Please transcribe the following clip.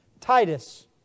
Titus